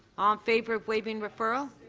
favor of waiving referral.